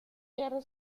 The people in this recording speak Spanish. guerra